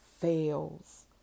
fails